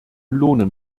lohnen